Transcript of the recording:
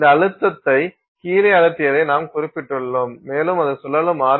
இந்த அழுத்தத்தை கீழே அழுத்தியதை நாம் குறிப்பிடுகிறோம் மேலும் அது சுழலும் ஆர்